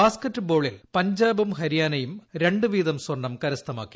basket ബോളിൽ പഞ്ചാബും ഹരിയാനയും രണ്ട് വീതം സ്വർണം കരസ്ഥമാക്കി